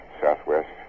southwest